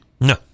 no